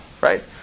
right